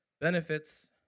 benefits